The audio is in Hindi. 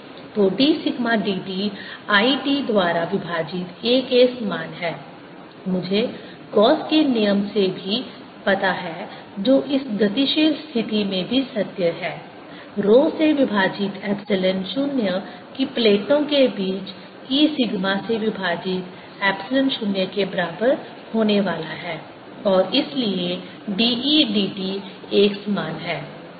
तो d sigma dt I t द्वारा विभाजित a के समान है मुझे गॉस के नियम Gauss's law से भी से भी पता है जो इस गतिशील स्थिति में भी सत्य है रो से विभाजित एप्सिलॉन 0 कि प्लेटों के बीच E सिग्मा से विभाजित एप्सिलॉन 0 के बराबर होने वाला है और इसलिए d E dt एकसमान है